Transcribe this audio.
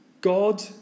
God